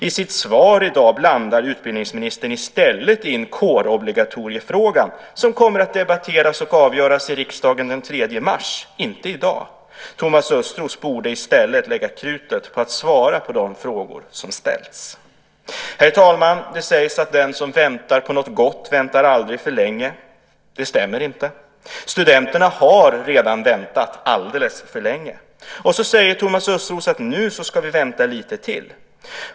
I sitt svar i dag blandar utbildningsministern i stället in kårobligatoriefrågan, som kommer att debatteras och avgöras i riksdagen den 3 mars, inte i dag. Thomas Östros borde i stället lägga krutet på att svara på de frågor som ställts. Herr talman! Det sägs att den som väntar på något gott väntar aldrig för länge. Det stämmer inte. Studenterna har redan väntat alldeles för länge. Och så säger Thomas Östros att vi ska vänta lite till.